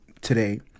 today